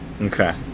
Okay